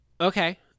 Okay